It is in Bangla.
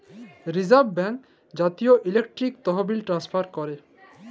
রিজার্ভ ব্যাঙ্ক জাতীয় ইলেকট্রলিক তহবিল ট্রান্সফার ক্যরে